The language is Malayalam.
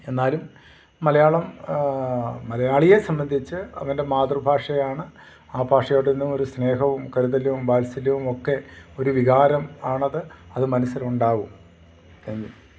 എന്നാലും മലയാളം മലയാളിയെ സംബന്ധിച്ച് അവൻ്റെ മാതൃഭാഷയാണ് ആ ഭാഷയോടൊന്നും ഒരു സ്നേഹവും കരുതലും വാത്സല്യവും ഒക്കെ ഒരു വികാരം ആണത് അതു മനസ്സിലുണ്ടാകും താങ്ക് യൂ